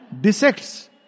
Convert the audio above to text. dissects